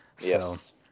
Yes